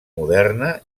moderna